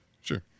Sure